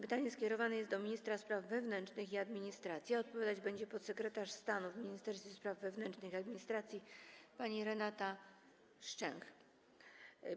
Pytanie skierowane jest do ministra spraw wewnętrznych i administracji, a odpowiadać będzie podsekretarz stanu w Ministerstwie Spraw Wewnętrznych i Administracji pani Renata Szczęch.